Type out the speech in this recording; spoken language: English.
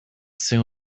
soon